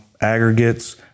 aggregates